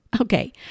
Okay